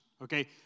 Okay